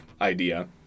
idea